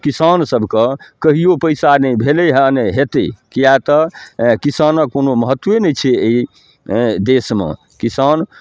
किसान सबके कहियो पैसा नहि भेलै हँ नहि हेतै किए तऽ किसानके कोनो महत्वे नहि छै एहि देशमे किसान